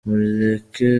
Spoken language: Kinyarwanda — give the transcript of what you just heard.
mureke